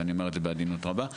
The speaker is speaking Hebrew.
ואני אומר את זה בעדינות רבה.